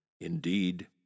Indeed